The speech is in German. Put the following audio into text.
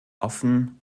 offen